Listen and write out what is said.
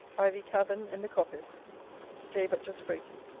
ivy cavern, in the coppice day but just breaking.